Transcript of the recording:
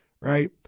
right